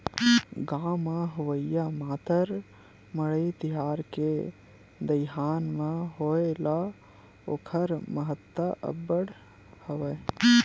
गाँव म होवइया मातर मड़ई तिहार के दईहान म होय ले ओखर महत्ता अब्बड़ हवय